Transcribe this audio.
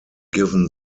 given